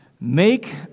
Make